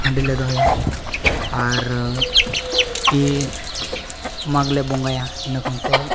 ᱦᱟᱺᱰᱤᱞᱮ ᱫᱚᱦᱚᱭᱟ ᱟᱨ ᱠᱤ ᱢᱟᱜᱽᱞᱮ ᱵᱚᱸᱜᱟᱭᱟ ᱤᱱᱟᱹ ᱠᱷᱚᱱ ᱛᱮ